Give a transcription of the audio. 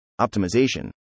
optimization